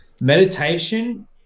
Meditation